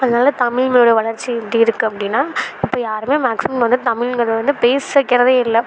அதனால தமிழ் மொழியோட வளர்ச்சி எப்படி இருக்குது அப்படின்னா இப்போ யாரும் மேக்ஸிமம் வந்து தமிழ்ங்கிறது வந்து பேசிக்கிறதே இல்லை